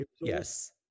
Yes